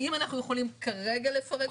האם אנחנו יכולים כרגע לפרק אותו,